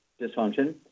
dysfunction